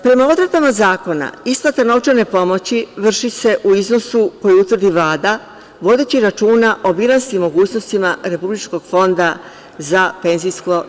Prema odredbama zakona, isplata novčane pomoći vrši se u iznosu koji utvrdi Vlada vodeći računa o bilansnim mogućnostima Republičkog fonda za PIO.